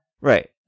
Right